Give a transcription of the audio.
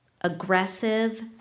aggressive